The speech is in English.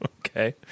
Okay